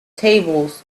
tables